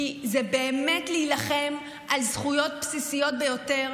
כי זה באמת להילחם על זכויות בסיסיות ביותר,